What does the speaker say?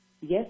yes